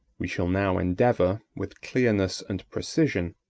we shall now endeavor, with clearness and precision,